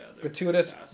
Gratuitous